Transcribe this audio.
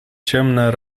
ciemne